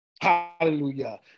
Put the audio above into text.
Hallelujah